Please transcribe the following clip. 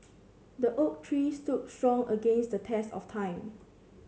the oak tree stood strong against the test of time